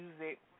music